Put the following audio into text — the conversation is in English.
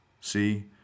See